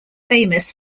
famous